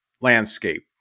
landscape